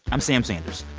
i'm sam sanders.